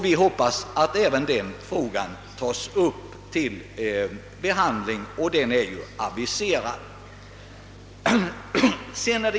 Vi hoppas att även denna fråga skall tas upp till behandling — den är aviserad.